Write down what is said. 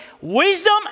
wisdom